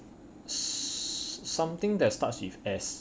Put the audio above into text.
something that starts with S